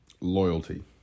Loyalty